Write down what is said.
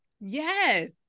Yes